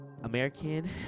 American